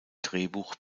drehbuch